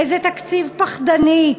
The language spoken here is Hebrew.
איזה תקציב פחדני,